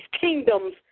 kingdoms